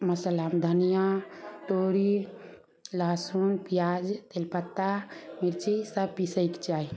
मसल्लामे धनिया तोरी लहसुन पियाज तेलपत्ता मिरची सब पीसके चाही